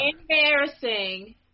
Embarrassing